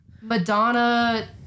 Madonna